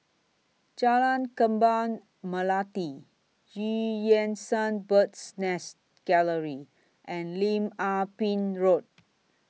Jalan Kembang Melati EU Yan Sang Bird's Nest Gallery and Lim Ah Pin Road